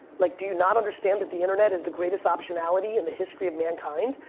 like do you not understand that the internet is the greatest optionality in the history of mankind?